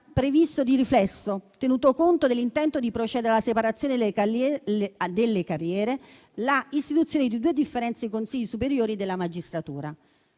prevista, di riflesso, tenuto conto dell'intento di procedere alla separazione delle carriere, l'istituzione di due differenti Consigli superiori della magistratura.